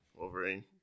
Wolverine